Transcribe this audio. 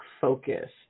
focus